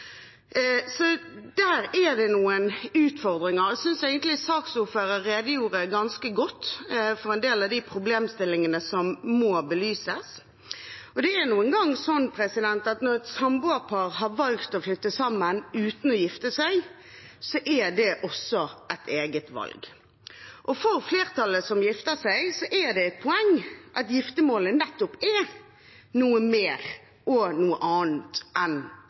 Så der er det noen utfordringer. Jeg synes egentlig saksordføreren redegjorde ganske godt for en del av de problemstillingene som må belyses. Det er nå engang slik at når et samboerpar har valgt å flytte sammen uten å gifte seg, så er det også et eget valg, og for flertallet av dem som gifter seg, er det et poeng at giftermålet nettopp er noe mer og noe annet enn